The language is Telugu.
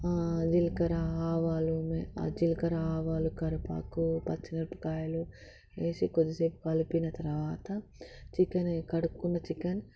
జిలకర ఆవాలు జిలకర ఆవాలు కరివేపాకు పచ్చిమిరపకాయలు వేసి కొద్దిసేపు కలిపిన తర్వాత చికెన్ కడుక్కున చికెన్